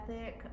ethic